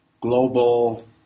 global